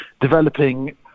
developing